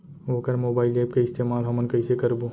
वोकर mobile app के इस्तेमाल हमन कइसे करबो?